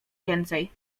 więcej